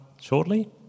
shortly